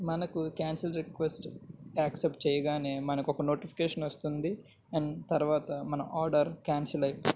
మనకు cancel request accept చెయ్యగానే మనకు ఒక నోటిఫికేషన్ వస్తుంది అండ్ తర్వాత మన ఆడర్ క్యాన్సిల్ అయిపోతుంది